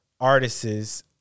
artists